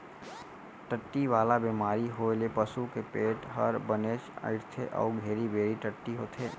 टट्टी वाला बेमारी होए ले पसू के पेट हर बनेच अइंठथे अउ घेरी बेरी टट्टी होथे